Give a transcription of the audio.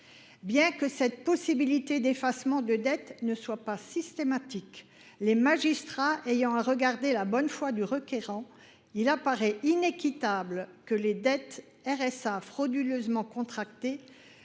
Bien que cette possibilité d’effacement de dette ne soit pas systématique, les magistrats devant juger de la bonne foi du requérant, il apparaît inéquitable que les dettes de RSA exigibles du fait